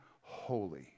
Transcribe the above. holy